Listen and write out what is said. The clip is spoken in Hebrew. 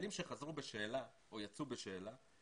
חיילים שחזרו בשאלה או יצאו בשאלה,